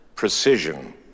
precision